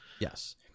yes